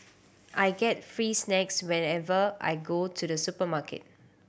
I get free snacks whenever I go to the supermarket